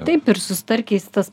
taip ir su starkiais tas